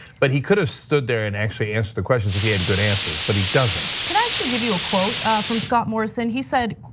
but he could have stood there and actually answer the questions if he had good answers, but he doesn't. can i actually give you a quote from scott morrison he said,